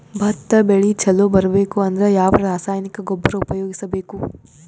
ಭತ್ತ ಬೆಳಿ ಚಲೋ ಬರಬೇಕು ಅಂದ್ರ ಯಾವ ರಾಸಾಯನಿಕ ಗೊಬ್ಬರ ಉಪಯೋಗಿಸ ಬೇಕು?